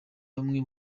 bamwe